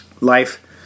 Life